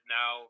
now